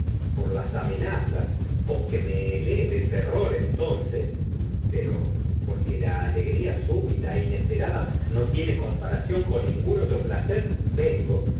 por las amenazas con que helé de terror entonces pero porque la alegría súbita e inesperada no con tiene comparación ningún otro placer vengo